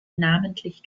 namentlich